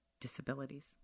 disabilities